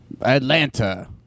Atlanta